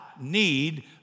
need